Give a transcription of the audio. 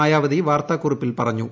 മായാവതി വാർത്താക്കുറിപ്പിൽ പറഞ്ഞു